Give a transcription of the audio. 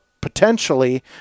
potentially